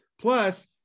Plus